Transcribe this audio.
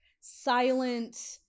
silent